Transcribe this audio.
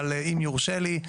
אבל אם יורשה לי,